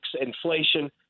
inflation